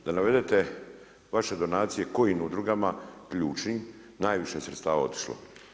Da navedete vaše donacije, kojim udrugama, ključnim, najviše sredstava otišlo.